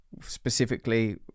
specifically